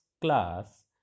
class